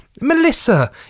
Melissa